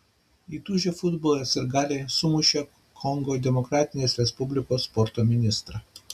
įtūžę futbolo sirgaliai sumušė kongo demokratinės respublikos sporto ministrą